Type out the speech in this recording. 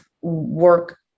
work